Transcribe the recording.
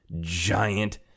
giant